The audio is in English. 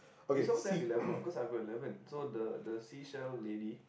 we summer say eleven or cause I eleven so the the seashell lady